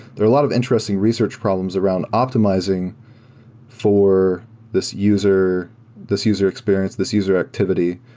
there a lot of interesting research problems around optimizing for this user this user experience, this user activity,